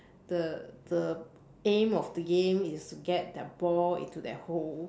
the the aim of the game is to get that ball into that hole